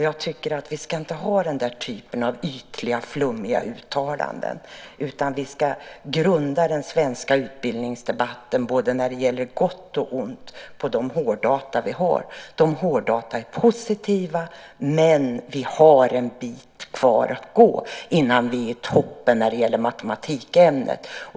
Jag tycker inte att vi ska ha den typen av ytliga, flummiga uttalanden, utan vi ska grunda den svenska utbildningsdebatten både när det gäller gott och ont på de hårddata vi har. Dessa hårddata är positiva, men vi har en bit kvar att gå innan vi är i toppen när det gäller matematikämnet.